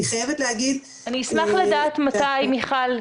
אני אשמח לדעת מתי, מיכל.